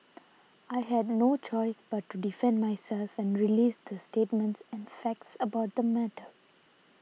I had no choice but to defend myself and release the statements and facts about the matter